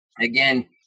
again